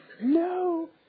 No